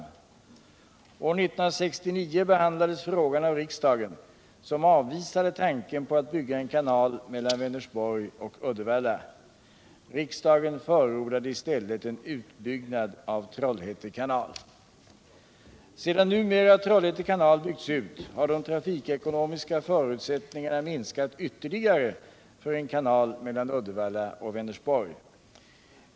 År 1969 behandlades frågan av riksdagen, som avvisade tanken på att bygga en kanal mellan Vänersborg och Uddevalla. Riksdagen förordade i stället en utbyggnad av Trollhätte kanal. Sedan numera Trollhätte kanal byggts ut har de trafikekonomiska förutsättningarna minskat ytterligare för en kanal mellan Uddevalla och Vänersborg.